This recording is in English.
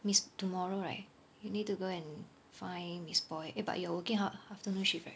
means tomorrow leh you need to go and find miss poi eh but you are working af~ afternoon shift right